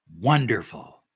wonderful